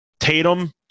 Tatum